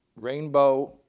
rainbow